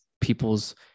people's